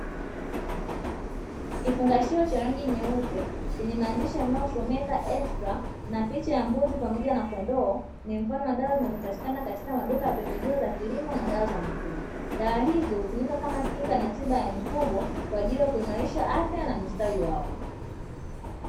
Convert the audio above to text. Kifungashio cha rangi nyeupe chenye maandishi yanayosomeka "extra" na picha ya mbuzi pamoja na kondoo; ni mfano wa dawa zinazopatikana katika maduka ya pembejeo za kilimo na dawa za mifugo, dawa hizi hutumika kama kinga na tiba ya mifugo kwa ajili ya kuimarisha afya na ustawi wao.